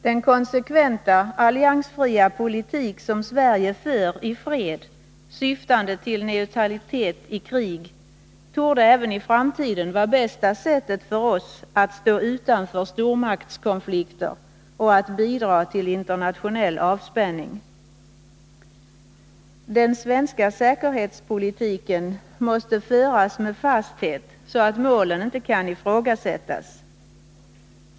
Den konsekventa alliansfria politik som Sverige för i fred, syftande till neutralitet i krig, torde även i framtiden vara bästa sättet för oss att stå utanför stormaktskonflikter och att bidra till internationell avspänning. Den svenska säkerhetspolitiken måste föras med fasthet så att målen inte kan ifrågasättas.